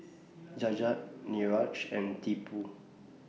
Jagat Niraj and Tipu